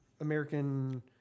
American